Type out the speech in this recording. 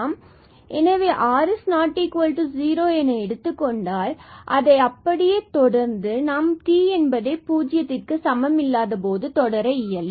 எனவே r is not equal to 0 என எடுத்துக்கொண்டால் தற்பொழுது இதை அப்படியே தொடர்ந்து நாம் t பூஜ்ஜியத்திற்க்கு சமம் இல்லாத போது தொடர இயலும்